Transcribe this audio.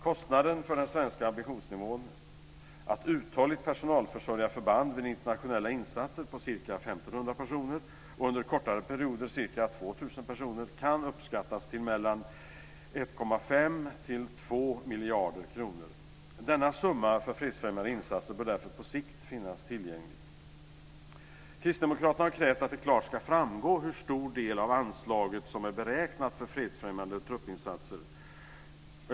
Kostnaden för den svenska ambitionsnivån att uthålligt personalförsörja förband vid internationella insatser på ca 1 500 personer och under kortare perioder ca 2 000 personer kan uppskattas till mellan 1,5 och 2 miljarder kronor. Denna summa för fredsfrämjande insatser bör därför på sikt finnas tillgänglig. Kristdemokraterna har krävt att det klart ska framgå hur stor del av anslaget som är beräknat för fredsfrämjande truppinsatser.